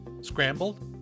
Scrambled